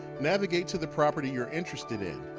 navigate to the property you're interested in.